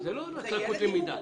זאת לא רק לקות למידה.